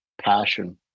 passion